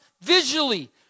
visually